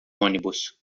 ônibus